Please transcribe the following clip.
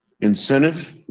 incentive